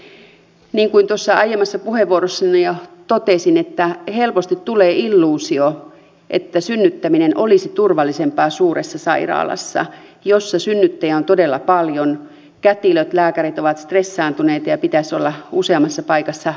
niin kuin aiemmassa puheenvuorossani jo totesin helposti tulee illuusio että synnyttäminen olisi turvallisempaa suuressa sairaalassa jossa synnyttäjiä on todella paljon ja kätilöt lääkärit ovat stressaantuneita ja pitäisi olla useammassa paikassa yhtä aikaa